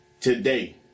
today